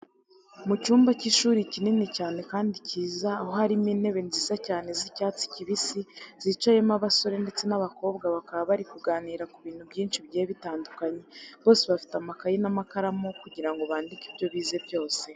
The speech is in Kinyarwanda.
Mu cyumba cy'ishuri kinini cyane kandi cyiza aho harimo intebe nziza cyane z'icyatsi kibisi, zicayemo abasore ndetse n'abakobwa bakaba bari kuganira ku bintu byinshi bigiye bitandukanye, bose bafite amakayi n'amakaramu kugira ngo bandike ibyo bize byose.